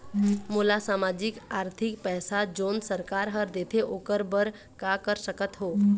मोला सामाजिक आरथिक पैसा जोन सरकार हर देथे ओकर बर का कर सकत हो?